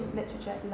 literature